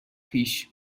پیش